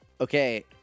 Okay